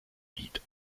lied